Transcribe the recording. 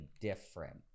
different